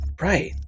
Right